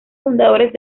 fundadores